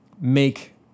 make